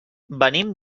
venim